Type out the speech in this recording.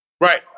Right